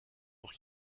noch